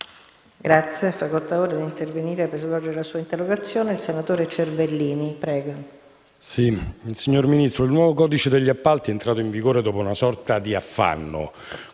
il nuovo codice degli appalti è entrato in vigore dopo una sorta di affanno